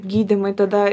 gydymai tada